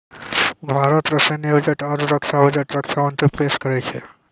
भारत रो सैन्य बजट आरू रक्षा बजट रक्षा मंत्री पेस करै छै